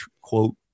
quote